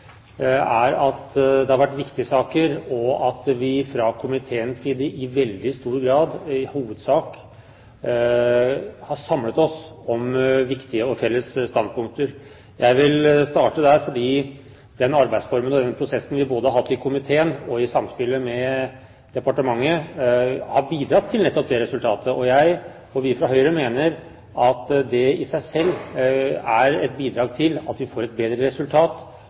er at det har vært viktige saker, og at vi fra komiteens side i veldig stor grad har samlet oss om viktige og felles standpunkter. Jeg vil starte der, fordi den arbeidsformen og den prosessen vi har hatt både i komiteen og i samspill med departementet, har bidratt nettopp til det resultatet. Vi fra Høyre mener at det i seg selv er et bidrag til at vi får et bedre resultat,